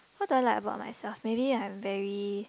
what do I like about myself maybe I am very